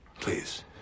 Please